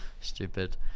Stupid